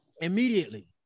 immediately